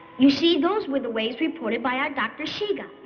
you see? those were the waves reported by our dr. shiga.